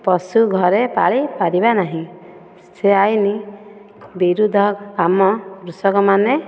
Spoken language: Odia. ପଶୁ ଘରେ ପାଳି ପାରିବା ନାହିଁ ସେ ଆଇନ ବିରୁଦ୍ଧ କାମ କୃଷକମାନେ